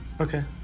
Okay